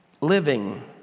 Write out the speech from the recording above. living